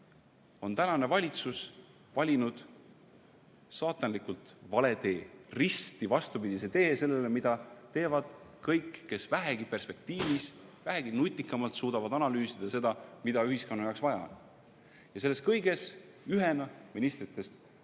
on tänane valitsus valinud saatanlikult vale tee, risti vastupidise tee sellele, mida teevad kõik, kes perspektiivis vähegi nutikamalt suudavad analüüsida, mida ühiskonna jaoks vaja on. Selles kõiges on ühena ministritest paraku